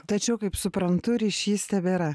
tačiau kaip suprantu ryšys tebėra